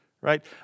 Right